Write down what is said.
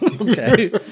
Okay